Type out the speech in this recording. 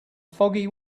foggy